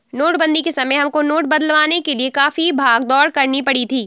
नोटबंदी के समय हमको नोट बदलवाने के लिए काफी भाग दौड़ करनी पड़ी थी